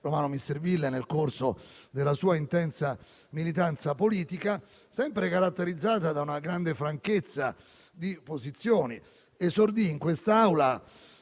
Romano Misserville nel corso della sua intensa militanza politica, sempre caratterizzata da una grande franchezza di posizioni. Esordì in quest'Aula